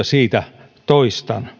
siitä toistan